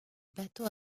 bateaux